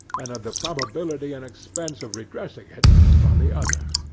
and of the probability and expense of redressing it on the other.